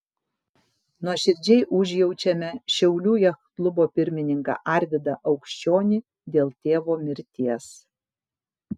nuoširdžiai užjaučiame šiaulių jachtklubo pirmininką arvydą aukščionį dėl tėvo mirties